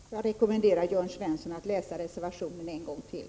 Herr talman! Jag rekommenderar Jörn Svensson att läsa reservationen en gång till.